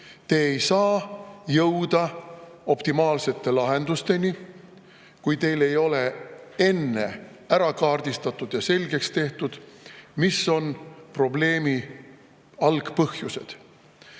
te ei saa jõuda optimaalsete lahendusteni, kui teil ei ole enne ära kaardistatud ja selgeks tehtud, mis on probleemi algpõhjused. Ja